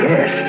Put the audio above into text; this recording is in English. Yes